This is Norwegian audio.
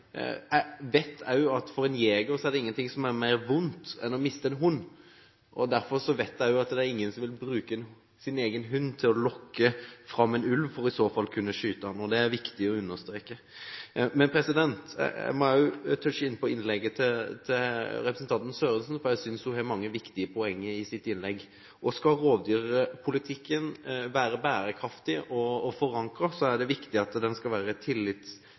vet at det for en jeger ikke er noe som er mer vondt enn å miste en hund. Derfor vet jeg også at ingen vil bruke sin egen hund til å lokke fram en ulv for så å kunne skyte den. Det er viktig å understreke. Jeg må også touche inn på innlegget til representanten Sørensen, for jeg synes hun har mange viktige poenger i sitt innlegg. Skal rovdyrpolitikken være bærekraftig og forankret, er det viktig at den